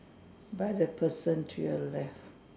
by the person to your left